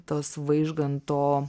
tos vaižganto